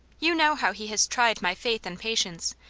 you know how he has tried my faith and patience.